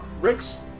Rick's